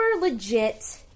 legit